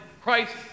Christ